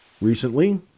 recently